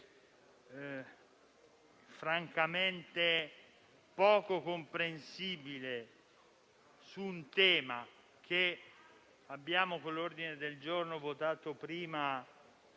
francamente poco comprensibile su un tema che, con l'ordine del giorno votato prima,